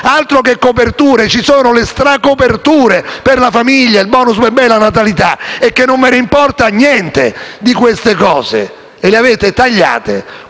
altro che coperture! Ci sono le stracoperture per la famiglia, il *bonus* bebè e la natalità; è che non ve ne importa niente di queste cose e le avete tagliate.